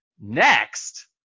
next